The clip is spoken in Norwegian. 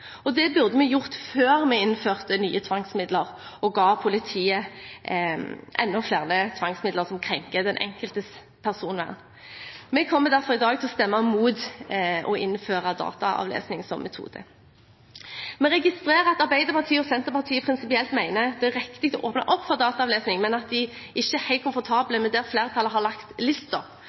feltet. Det burde vi gjort før vi innførte nye tvangsmidler og ga politiet enda flere tvangsmidler som krenker den enkeltes personvern. Vi kommer derfor i dag til å stemme mot å innføre dataavlesning som metode. Vi registrerer at Arbeiderpartiet og Senterpartiet prinsipielt mener det er riktig å åpne opp for dataavlesning, men at de ikke er helt komfortable med hvor flertallet har lagt